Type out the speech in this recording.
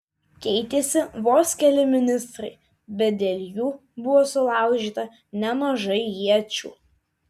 keitėsi vos keli ministrai bet dėl jų buvo sulaužyta nemažai iečių